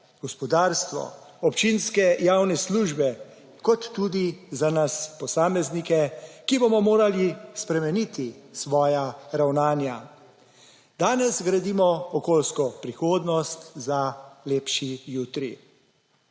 gospodarstvo, občinske javne službe kot tudi za nas posameznike, ki bomo morali spremeniti svoja ravnanja. Danes gradimo okoljsko prihodnost za lepši jutri.